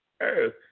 earth